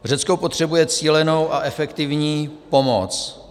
Řecko potřebuje cílenou a efektivní pomoc.